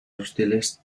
hostiles